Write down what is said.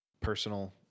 personal